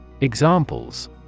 Examples